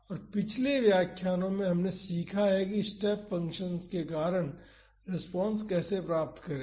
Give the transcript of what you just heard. और पिछले व्याख्यानों में हमने सीखा है कि स्टेप फंक्शन्स के कारण रेस्पॉन्स कैसे प्राप्त करें